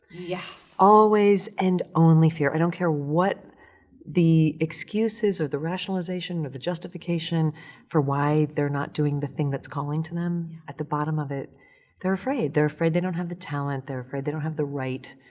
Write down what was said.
yes. always and only fear. i don't care what the excuses or the rationalization or the justification for why they're not doing the thing that's calling to them, at the bottom of it they're afraid. they're afraid they don't have the talent, they're afraid they don't have the right,